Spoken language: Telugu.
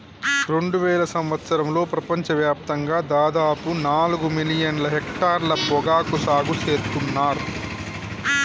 రెండువేల సంవత్సరంలో ప్రపంచ వ్యాప్తంగా దాదాపు నాలుగు మిలియన్ల హెక్టర్ల పొగాకు సాగు సేత్తున్నర్